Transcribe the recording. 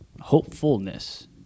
hopefulness